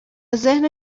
ذهن